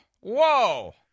Whoa